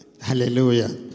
Hallelujah